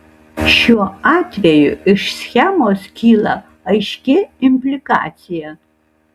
šiuo atveju iš schemos kyla aiški implikacija